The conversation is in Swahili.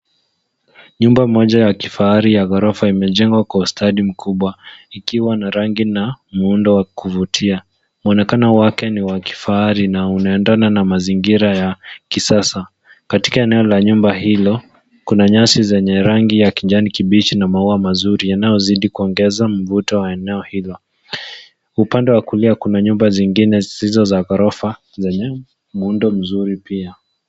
Nyumba moja ya kifahari ya ghorofa imejengwa kwa ustadi mkubwa ikiwa na rangi na muundo wa kuvutia . Mwonekano wake ni wa kifahari na unaendana na mazingira ya kisasa. Katika eneo la nyumba hilo kuna nyasi zenye rangi ya kijani kibichi na maua mazuri yanayozidi kuongeza mvuto wa eneo hilo. Upande wa kulia kuna nyumba zingine zisizo za ghorofa zenye muundo mzuri pia.